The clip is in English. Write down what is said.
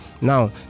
Now